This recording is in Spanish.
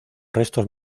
restos